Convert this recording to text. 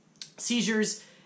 seizures